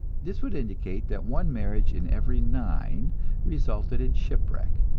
this would indicate that one marriage in every nine resulted in shipwreck.